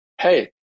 hey